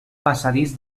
passadís